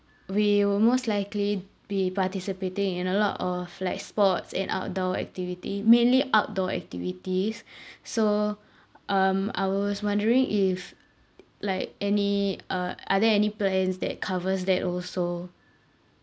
we will most likely be participating in a lot of like sports and outdoor activity mainly outdoor activities so um I was wondering if like any uh are there any plans that covers that also